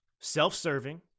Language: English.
self-serving